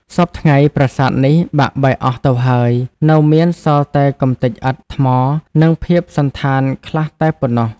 សព្វថ្ងៃ ប្រាសាទនេះ បាក់បែកអស់ទៅហើយ នៅមានសល់តែកម្ទេចឥដ្ឋ ថ្ម និងភាពសណ្ឋានខ្លះតែប៉ុណ្ណោះ ។